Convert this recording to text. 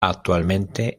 actualmente